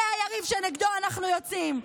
זה היריב שנגדו אנחנו יוצאים.